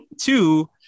two